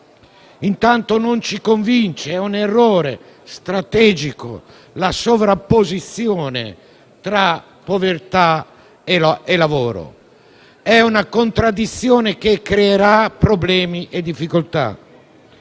Intanto, non ci convince - è un errore strategico - la sovrapposizione tra povertà e lavoro; è una contraddizione che creerà problemi e difficoltà.